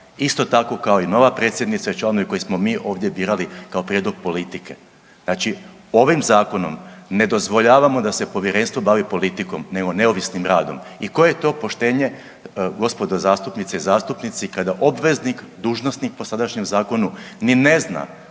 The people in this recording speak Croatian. Isto tako kao i nova predsjednica i članovi koje smo mi ovdje birali kao prijedlog politike. Znači ovim Zakonom ne dozvoljavamo da se Povjerenstvo bavi politikom, nego neovisnim radom. I koje je to poštenje gospodo zastupnice i zastupnici kada obveznik, dužnosnik po sadašnjem Zakonu ni ne zna